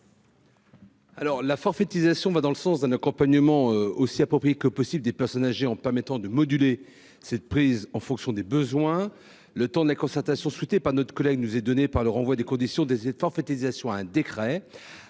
la forfaitisation va dans le sens d'un accompagnement aussi approprié que possible des personnes âgées en permettant de moduler cette prise en fonction des besoins, le temps de la concertation souhaitée par notre collègue nous est donné par le renvoi des conditions des aides forfaitisation à un décret,